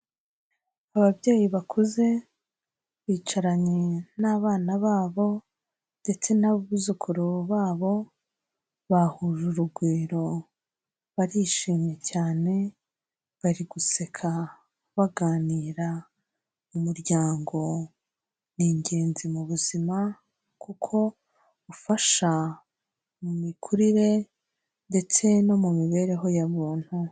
Ababyeyi bakuze, bicaranye n'abana babo ndetse n'abuzukuru babo, bahuje urugwiro barishimye cyane, bari guseka baganira mu muryango ni ingenzi mu buzima kuko ufasha mu mikurire ndetse no mu mibereho ya muntu.